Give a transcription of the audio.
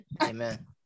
Amen